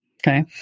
Okay